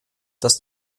dass